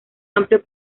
amplio